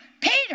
Peter